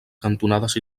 cantonades